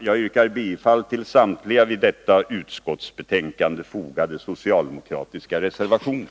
Jag yrkar bifall till samtliga till detta utskottsbetänkande fogade socialdemokratiska reservationer.